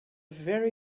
very